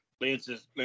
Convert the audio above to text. lance's